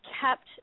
kept